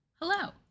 Hello